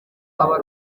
aba